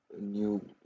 new